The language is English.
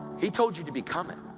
he told you to become it!